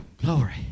Glory